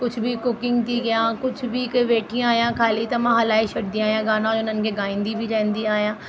कुझु बि कुकिंग थी कया कुझु बि करे वेठी आहियां ख़ाली त मां हलाही छॾंदी आहियां गाना उन्हनि खे गाईंदी बि रहंदी आहियां